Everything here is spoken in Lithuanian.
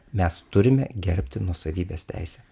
mes turime gerbti nuosavybės teisę